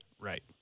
right